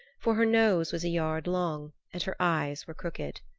for her nose was a yard long and her eyes were crooked.